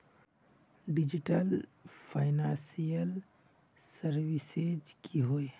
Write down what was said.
Digital financial services की होय?